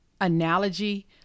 analogy